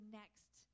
next